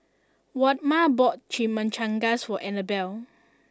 Waldemar bought Chimichangas for Annabell